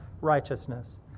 righteousness